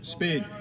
Speed